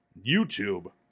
YouTube